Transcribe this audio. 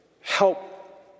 help